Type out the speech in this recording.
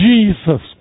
Jesus